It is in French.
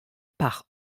par